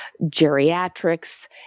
geriatrics